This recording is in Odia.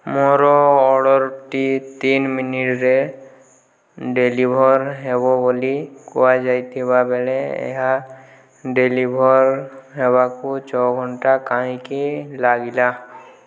ମୋର ଅର୍ଡ଼ରଟି ତିନି ମିନିଟରେ ଡେଲିଭର ହେବ ବୋଲି କୁହାଯାଇଥିବା ବେଳେ ଏହା ଡେଲିଭର ହେବାକୁ ଛଅ ଘଣ୍ଟା କାହିଁକି ଲାଗିଲା